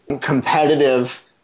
competitive